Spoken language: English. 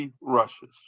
rushes